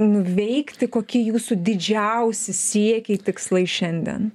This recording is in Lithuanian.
nuveikti kokie jūsų didžiausi siekiai tikslai šiandien